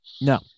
No